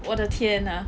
我的天 ah